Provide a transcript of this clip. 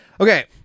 okay